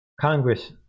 Congress